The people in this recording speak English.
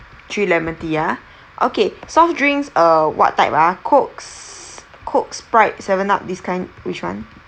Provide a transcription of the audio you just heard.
three lemon tea ah okay soft drinks err what type ah cokes coke sprite seven up this kind which [one]